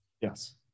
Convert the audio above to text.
Yes